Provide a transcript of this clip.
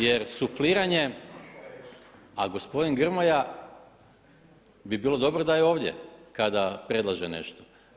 Jer sufliranje … [[Upadica se ne razumije.]] A gospodin Grmoja bi bilo dobro da je ovdje kada predlaže nešto.